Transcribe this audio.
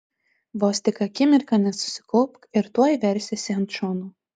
vos tik akimirką nesusikaupk ir tuoj versiesi ant šono